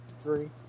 Three